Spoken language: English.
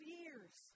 years